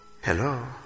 Hello